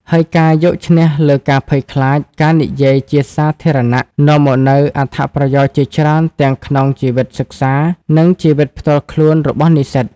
ហើយការយកឈ្នះលើការភ័យខ្លាចការនិយាយជាសាធារណៈនាំមកនូវអត្ថប្រយោជន៍ជាច្រើនទាំងក្នុងជីវិតសិក្សា និងជីវិតផ្ទាល់ខ្លួនរបស់និស្សិត។